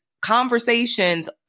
conversations